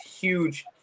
huge